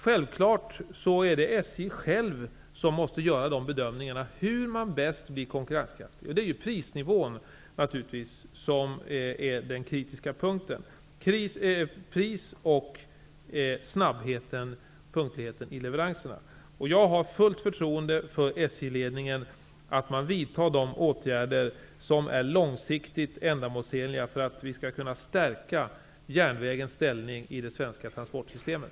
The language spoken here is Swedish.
Självfallet är det SJ självt som måste göra bedömningar av hur man bäst blir konkurrenskraftig. Det är naturligtvis prisnivån som är den kritiska punkten -- det gäller pris, snabbhet och punktlighet i leveranserna. Jag har fullt förtroende för att SJ-ledningen vidtar de åtgärder som är långsiktigt ändamålsenliga för att vi skall kunna stärka järnvägens ställning i det svenska transportsystemet.